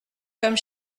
comme